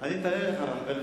אני מתפלא עליך,